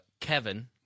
Kevin